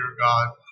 god